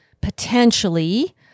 potentially